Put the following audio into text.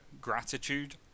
gratitude